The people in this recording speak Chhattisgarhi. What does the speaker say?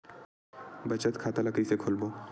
बचत खता ल कइसे खोलबों?